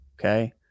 okay